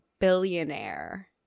billionaire